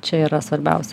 čia yra svarbiausia